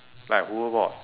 like a hoverboard